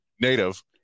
native